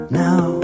now